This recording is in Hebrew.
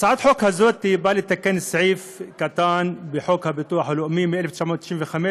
הצעת החוק הזאת באה לתקן סעיף קטן בחוק הביטוח הלאומי מ-1995,